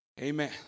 Amen